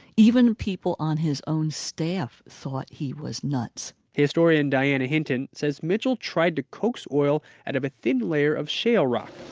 even people on his own staff thought he was nuts historian diana hinton says mitchell tried to coax oil out of a thin layer of shale rock.